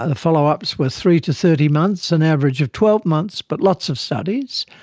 ah follow-ups were three to thirty months, an average of twelve months but lots of studies,